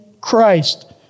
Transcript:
Christ